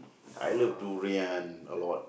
I love durian a lot